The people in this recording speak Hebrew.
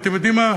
ואתם יודעים מה?